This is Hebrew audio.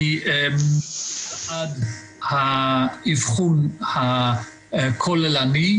אני מברך על היצירתיות לחשוב איך אפשר לעשות משהו אחר ממה שקורה כרגע.